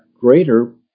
greater